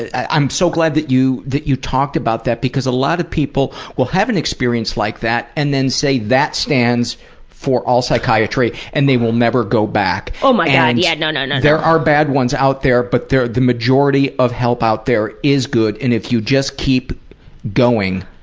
i'm so glad that you that you talked about that because a lot of people will have an experience like that and then say that stands for all psychiatry and they will never go back. oh my god, yeah, no, no, no, no. are bad ones out there but there. the majority of help out there is good and if you just keep going,